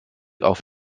auf